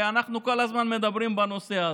אנחנו כל הזמן מדברים בנושא הזה,